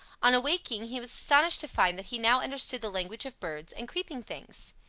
on awaking he was astonished to find that he now understood the language of birds and creeping things.